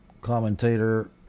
commentator